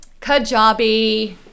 Kajabi